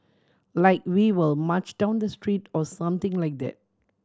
like we will march down the street or something like that